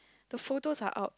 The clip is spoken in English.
the photos are out